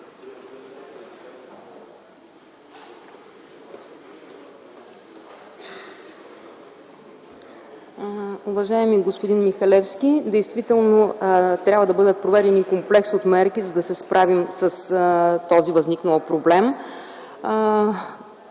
Уважаеми господин Михалевски, действително трябва да бъдат проведени комплекс от мерки, за да се справим с този възникнал проблем.